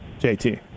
JT